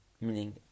meaning